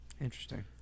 Interesting